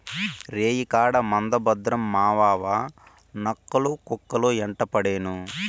రేయికాడ మంద భద్రం మావావా, నక్కలు, కుక్కలు యెంటపడేను